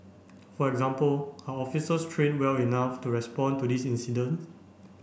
for example are officers trained well enough to respond to these incident